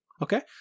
Okay